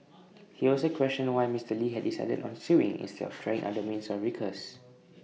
he also questioned why Mister lee had decided on suing instead of trying other means of recourse